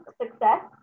success